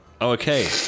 Okay